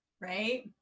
Right